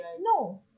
no